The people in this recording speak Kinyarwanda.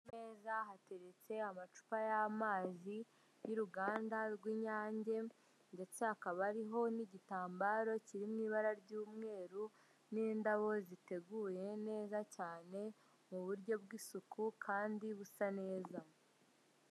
Ku meza hateretse amacupa y'amazi y'uruganda rw'inyange, ndetse hakaba hariho n'igitambaro kiri mu ibara ry'umweru n'indabo ziteguye neza cyane, mu buryo bw'isuku, kandi busa neza.